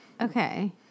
okay